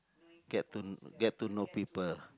get to get to know people